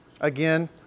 Again